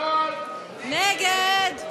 סעיף תקציבי 91, פיתוח לאומי,